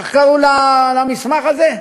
איך קוראים למסמך הזה,